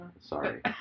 Sorry